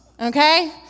okay